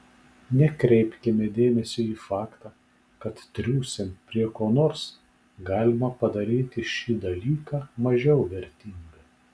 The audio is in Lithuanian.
nekreipkime dėmesio į faktą kad triūsiant prie ko nors galima padaryti šį dalyką mažiau vertingą